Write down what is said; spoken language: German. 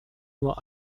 nur